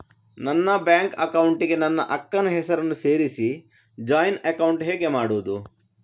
ನನ್ನ bank account ಗೆ ನನ್ನ ಅಕ್ಕ ನ ಹೆಸರನ್ನ ಸೇರಿಸಿ ಜಾಯಿನ್ ಅಕೌಂಟ್ ಹೇಗೆ ಮಾಡುದು?